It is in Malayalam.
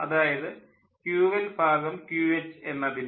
അതായത് QLQH എന്നതിനെ